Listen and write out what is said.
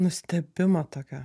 nustebimą tokia